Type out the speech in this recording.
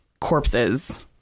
corpses